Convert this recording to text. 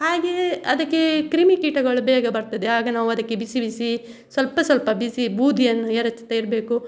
ಹಾಗೇ ಅದಕ್ಕೆ ಕ್ರಿಮಿ ಕೀಟಗಳು ಬೇಗ ಬರ್ತದೆ ಆಗ ನಾವು ಅದಕ್ಕೆ ಬಿಸಿ ಬಿಸಿ ಸ್ವಲ್ಪ ಸ್ವಲ್ಪ ಬಿಸಿ ಬೂದಿಯನ್ನು ಎರಚ್ತಾ ಇರಬೇಕು